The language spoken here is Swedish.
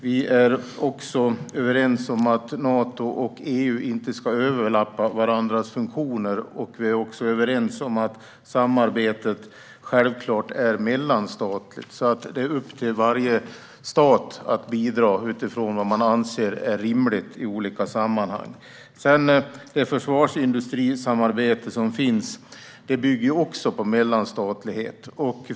Vi är överens om att Nato och EU inte ska överlappa varandras funktioner. Vi är också överens om att samarbetet självklart är mellanstatligt. Det är alltså upp till varje stat att bidra utifrån vad man anser är rimligt i olika sammanhang. Det försvarsindustrisamarbete som finns bygger också på mellanstatlighet.